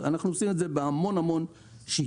אנחנו עושים את זה בהמון המון שיטות,